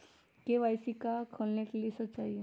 KYC का का खोलने के लिए कि सब चाहिए?